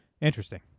Interesting